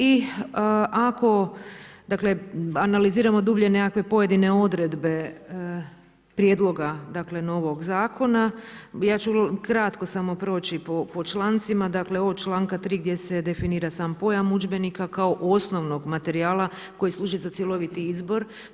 I ako, dakle, analiziramo dublje nekakve pojedine odredbe, prijedloga, dakle, novog zakona ja ću kratko samo proći po člancima, dakle, od čl. 3. gdje se definira sam pojam udžbenika, kao osnovnog materijala, koji služi za cjeloviti izbor.